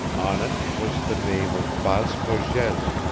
on it was the name of baas cogez,